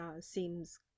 seems